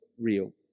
real